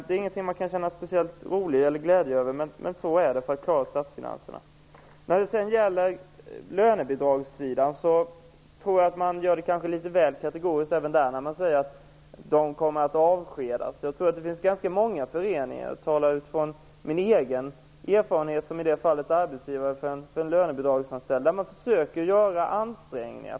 Det är inget som känns speciellt roligt eller glädjande, utan det gäller bara att klara statsfinanserna. Även på lönebidragssidan tror jag att man kanske är litet väl kategorisk när man talar om avskedanden. Jag tror att det finns ganska många föreningar - jag har själv erfarenhet som arbetsgivare för lönebidragsanställda - som försöker göra ansträngningar.